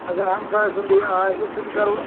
اَگر ہمسایہِ سُنٛدٕے آسہِ سُہ تہِ کَرو